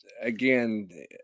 again